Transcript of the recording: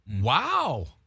wow